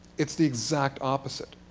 it's the exact opposite,